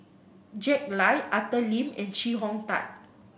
Jack Lai Arthur Lim and Chee Hong Tat